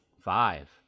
Five